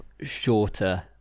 shorter